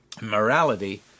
Morality